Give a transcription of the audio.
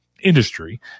industry